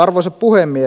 arvoisa puhemies